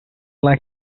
like